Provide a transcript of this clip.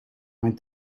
mijn